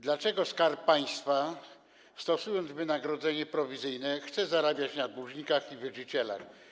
Dlaczego Skarb Państwa, stosując wynagrodzenie prowizyjne, chce zarabiać na dłużnikach i wierzycielach?